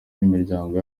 n’imiryango